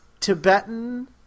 Tibetan